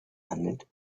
handelt